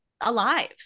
alive